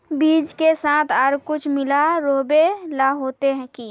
बीज के साथ आर कुछ मिला रोहबे ला होते की?